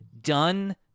done